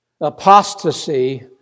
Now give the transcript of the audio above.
Apostasy